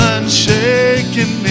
Unshaken